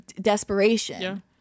Desperation